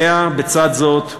בצד זאת,